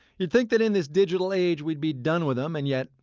you'd think that in this digital age we'd be done with them. and yet,